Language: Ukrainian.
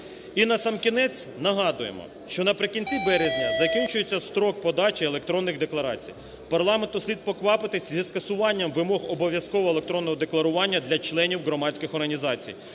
І насамкінець нагадуємо, що наприкінці березня закінчується строк подачі електронних декларацій. Парламенту слід поквапитись зі скасуванням вимог обов'язкового електронного декларування для членів громадських організацій.